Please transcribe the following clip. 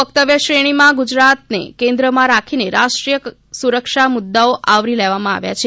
વક્તવ્ય શ્રેણીમાં ગુજરાતને કેન્દ્રમાં રાખીને રાષ્ટ્રીય સુરક્ષાના મુદ્દાઓ આવરી લેવામાં આવ્યા છે